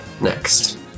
Next